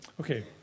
Okay